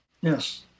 Yes